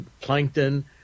plankton